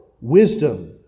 wisdom